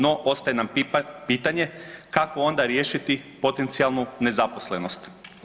No, ostaje nam pitanje kako onda riješiti potencijalnu nezaposlenost.